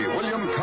William